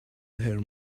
her